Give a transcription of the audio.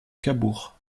cabourg